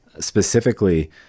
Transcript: Specifically